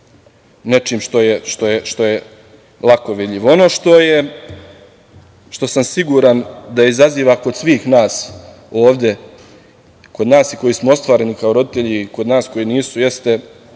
nečim što je lako vidljivo. Ono što sam siguran da izaziva kod svih nas ovde koji smo ostvareni kao roditelji i kod nas koji nisu jeste